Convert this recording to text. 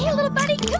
yeah little buddy.